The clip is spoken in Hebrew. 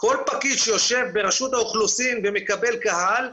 כל פקיד שיושב ברשות האוכלוסין ומקבל קהל,